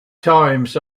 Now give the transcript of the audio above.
times